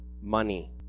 money